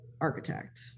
architect